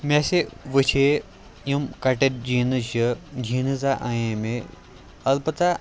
مےٚ ہسا وُچھے یِم کَٹِڈ جیٖنٕز چھِ جیٖنٕز زٕ اَنے مےٚ البتہ